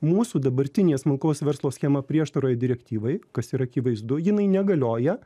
mūsų dabartinė smulkaus verslo schema prieštaroje direktyvai kas yra akivaizdu jinai negalioja